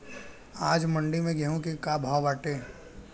आज मंडी में गेहूँ के का भाव बाटे?